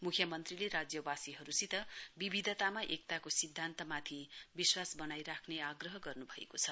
मुख्यमन्त्रीले राज्यवासीहरुसित विविधतामा एकताको सिध्दान्तमाथि विश्वास वनाइ राख्ने आग्रह गर्नुभएको छ